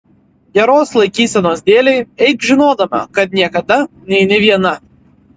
geros laikysenos dėlei eik žinodama kad niekada neini viena